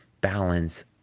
balance